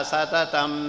Satatam